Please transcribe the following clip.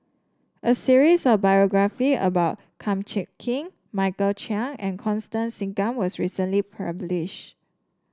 a series of biography about Kum Chee Kin Michael Chiang and Constance Singam was recently publish